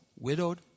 widowed